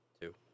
Two